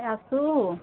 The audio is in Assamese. এই আছোঁ